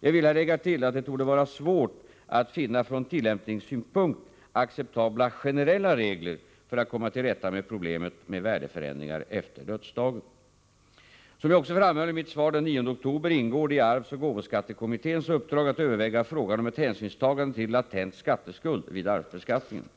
Jag vill här lägga till att det torde vara svårt att finna från tillämpningssynpunkt acceptabla generella regler för att komma till rätta med problemet med värdeförändringar efter dödsdagen. Som jag också framhållit i mitt svar den 9 oktober ingår det i arvsoch gåvoskattekommitténs uppdrag att överväga frågan om ett hänsynstagande till latent skatteskuld vid arvsbeskattningen.